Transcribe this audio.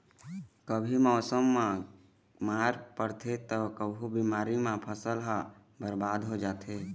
कभू मउसम के मार परथे त कभू बेमारी म फसल ह बरबाद हो जाथे